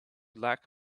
lack